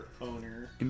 owner